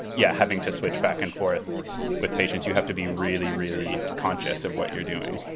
yeah, having to switch back and forth with patients, you have to be really really conscious of what you're doing.